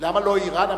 למה לא אירן?